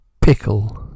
Pickle